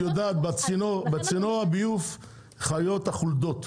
אחרת את יודע בצינור הביוב חיות החולדות,